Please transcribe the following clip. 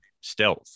stealth